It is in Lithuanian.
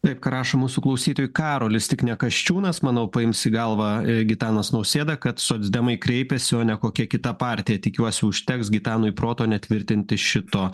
ką rašo mūsų klausytojai karolis tik ne kasčiūnas manau paims į galvą ir gitanas nausėda kad socdemai kreipėsi o ne kokia kita partija tikiuosi užteks gitanui proto netvirtinti šito